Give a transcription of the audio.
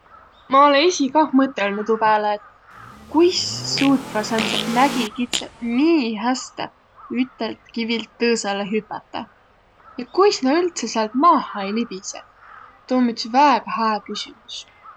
Ma olõ esiq kah mõtõlnuq tuu pääle, et kuis suutvaq sääntseq mägikitsõq nii höste ütelt kivilt tõõsõlõ hüpädäq. Ja kuis nä üldse säält maaha ei libiseq, tuu om üts väega hää küsümüs.